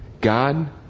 God